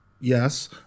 yes